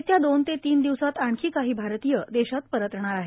येत्या दोन ते तीन दिवसांत आणखी काही भारतीय देशात परतणार आहेत